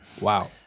Wow